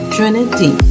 Trinity